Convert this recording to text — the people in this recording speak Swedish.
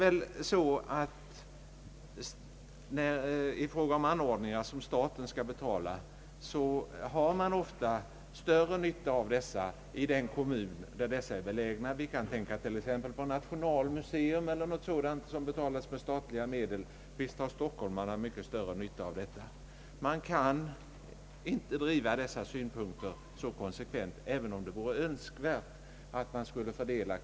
I fråga om anordningar som staten skall betala har man väl ofta större nytta av dessa i de kommuner där de är belägna. Vi kan tänka på t.ex. National museum som betalas med statliga medel — visst har stockholmarna mycket större nytta av detta! Vi kan inte konsekvent tillämpa en fördelningsprincip som uteslutande tar hänsyn till nyttan.